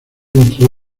entre